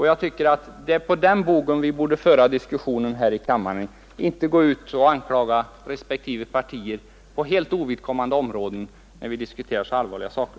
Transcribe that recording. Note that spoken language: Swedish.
Jag tycker att det är på den bogen vi borde föra diskussionen här i kammaren i stället för att gå ut och anklaga respektive partier på helt ovidkommande områden när vi diskuterar så allvarliga saker.